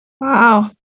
Wow